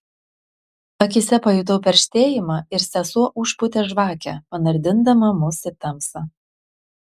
akyse pajutau perštėjimą ir sesuo užpūtė žvakę panardindama mus į tamsą